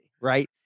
right